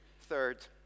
Third